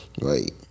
right